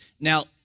Now